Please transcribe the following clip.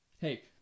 Hey